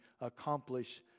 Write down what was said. accomplish